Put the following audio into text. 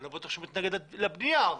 אני לא בטוח שהוא מתנגד לבנייה אבל